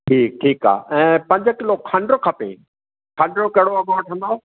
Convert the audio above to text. ठीकु ठीकु आहे ऐं पंज किलो खंडु खपे खंडु कहिड़ो अघु वठंदुव